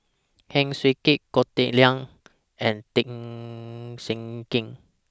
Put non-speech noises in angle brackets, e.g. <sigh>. Heng Swee Keat Goh Teck Sian and Tan <hesitation> Jiak Kim